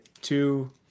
two